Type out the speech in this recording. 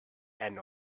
and